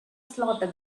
slaughter